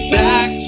back